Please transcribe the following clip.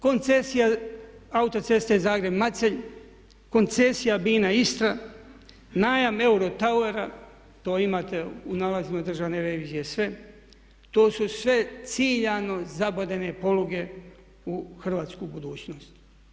Koncesija Autoceste Zagreb-Macelj, koncesija Bina Istra, najam Eurotowera, to imate u nalazima Državne revizije sve, to su sve ciljano zabodene poluge u hrvatsku budućnost.